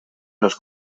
los